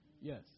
Yes